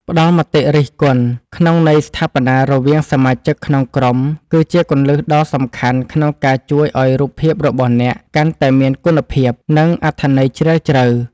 ផ្តល់មតិរិះគន់ក្នុងន័យស្ថាបនារវាងសមាជិកក្នុងក្រុមគឺជាគន្លឹះដ៏សំខាន់ក្នុងការជួយឱ្យរូបភាពរបស់អ្នកកាន់តែមានគុណភាព និង អត្ថន័យជ្រាលជ្រៅ។